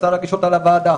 ורצתה להגיש אותה לוועדה.